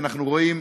אנחנו רואים,